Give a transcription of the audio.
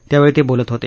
त्यावेळी ते बोलत होते